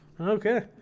Okay